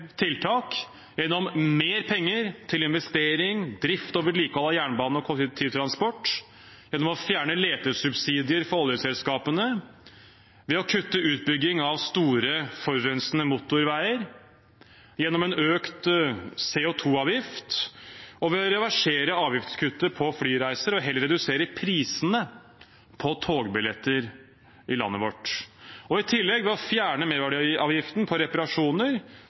tiltak, gjennom mer penger til investering, drift og vedlikehold av jernbane og kollektivtransport, gjennom å fjerne letesubsidier for oljeselskapene, ved å kutte utbygging av store forurensende motorveier, gjennom en økt CO 2 -avgift, ved å reversere avgiftskuttet på flyreiser og heller redusere prisene på togbilletter i landet vårt – og i tillegg ved å fjerne merverdiavgiften på reparasjoner,